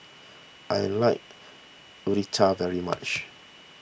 I like Raita very much